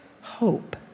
hope